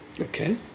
Okay